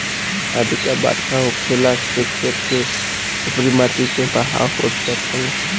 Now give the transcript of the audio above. अधिका बरखा होखला से खेत के उपरी माटी के बहाव होत जात हवे